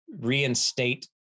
reinstate